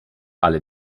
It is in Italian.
alle